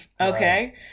okay